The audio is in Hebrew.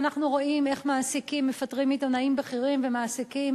ואנחנו רואים איך מעסיקים מפטרים עיתונאים בכירים ומעסיקים